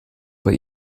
bei